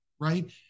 right